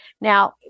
Now